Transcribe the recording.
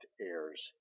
heirs